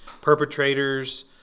perpetrators